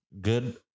good